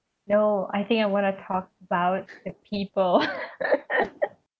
no I think I want to talk about the people